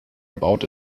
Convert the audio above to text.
about